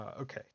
okay